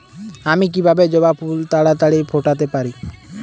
আমি কিভাবে জবা ফুল তাড়াতাড়ি ফোটাতে পারি?